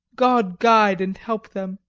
god guide and help them!